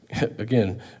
again